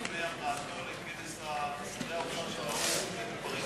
לפני המראתו לכנס האוצר בפריס הבוקר,